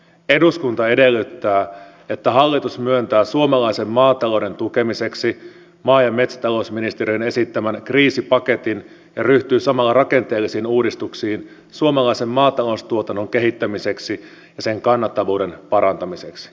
eduskunta edellyttää että hallitus myöntää suomalaisen maatalouden tukemiseksi maa ja metsätalousministeriön esittämän kriisipaketin ja ryhtyy samalla rakenteellisiin uudistuksiin suomalaisen maataloustuotannon kehittämiseksi ja sen kannattavuuden parantamiseksi